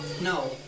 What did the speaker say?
No